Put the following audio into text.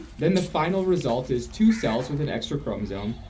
then the final result is two cells with an extra chromosome,